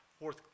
Fourth